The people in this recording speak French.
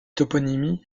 toponymie